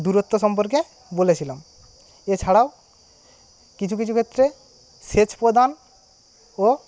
দূরত্ব সম্পর্কে বলেছিলাম এছাড়াও কিছু কিছু ক্ষেত্রে সেচ প্রদান ও